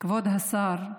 כבוד השר,